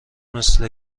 مثل